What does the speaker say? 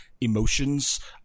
emotions